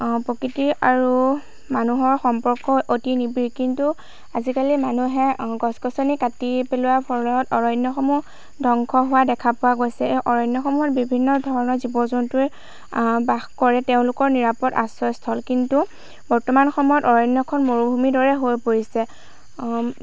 প্ৰকৃতিৰ আৰু মানুহৰ সম্পৰ্ক অতি নিবিড় কিন্তু আজিকালি মানুহে গছ গছনি কাটি পেলোৱাৰ ফলত অৰণ্যসমূহ ধ্বংস হোৱা দেখা পোৱা গৈছে এই অৰণ্যসমূহত বিভিন্ন ধৰণৰ জীৱ জন্তুৱে বাস কৰে তেওঁলোকৰ নিৰাপদ আশ্ৰয়স্থল কিন্তু বৰ্তমান সময়ত অৰণ্যখন মৰুভূমিৰ দৰে হৈ পৰিছে